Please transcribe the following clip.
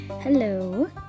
Hello